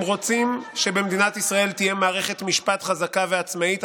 אם רוצים שבמדינת ישראל תהיה מערכת משפט חזקה ועצמאית,